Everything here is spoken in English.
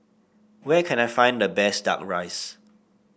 where can I find the best duck rice